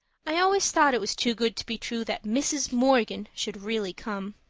i always thought it was too good to be true that mrs. morgan should really come.